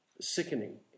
sickening